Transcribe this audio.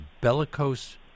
bellicose